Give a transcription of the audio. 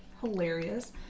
hilarious